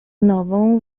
nową